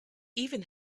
even